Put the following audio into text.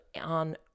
on